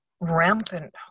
rampant